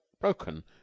broken